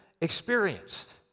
experienced